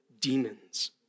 demons